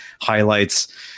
highlights